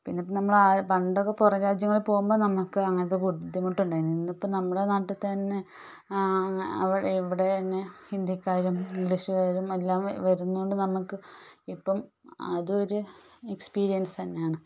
പിന്നെ നമ്മൾ പണ്ടൊക്കെ പുറം രാജ്യങ്ങൾ പോവുമ്പോൾ നമ്മൾക്ക് അങ്ങനത്തെ ബുദ്ധിമുട്ടുണ്ടായിരുന്നു ഇന്നിപ്പോൾ നമ്മുടെ നാട്ടിൽ തന്നെ ഇവിടെ തന്നെ ഹിന്ദിക്കാരും ഇംഗ്ലീഷുകാരും എല്ലാം വരുന്നത് കൊണ്ട് നമ്മൾക്ക് ഇപ്പം അതൊരു എക്സ്പീരിയൻസ് തന്നെയാണ്